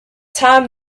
time